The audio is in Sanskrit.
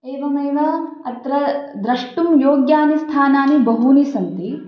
एवमेव अत्र द्रष्टुं योग्यानि स्थानानि बहूनि सन्ति